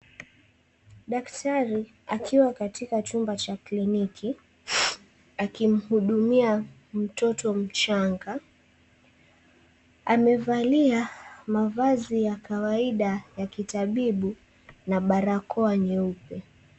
Daktari akiwa katika chumba cha klinilki akimhudumia mtoto mchanga amevalia mavazi ya kawaida ya kitabibu na barakoa nyeupe.